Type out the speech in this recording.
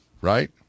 Right